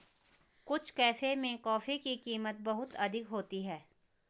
कुछ कैफे में कॉफी की कीमत बहुत अधिक होती है